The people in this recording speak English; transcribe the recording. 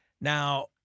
Now